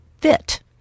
Fit